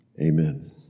Amen